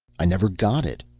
i never got it,